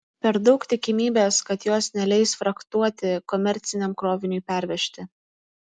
per daug tikimybės kad jos neleis frachtuoti komerciniam kroviniui pervežti